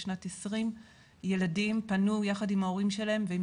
בשנת 2020. ילדים שפנו ביחד עם ההורים שלהם ואם